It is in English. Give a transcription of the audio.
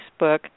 Facebook